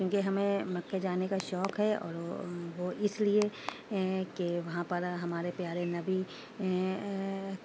کیوں کہ ہمیں مکے جانے کا شوق ہے اور وہ وہ اس لیے کہ وہاں پر ہمارے پیارے نبی